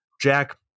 Jack